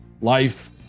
life